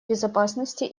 безопасности